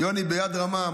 ביד רמה.